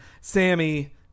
Sammy